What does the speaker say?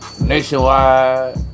Nationwide